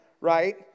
right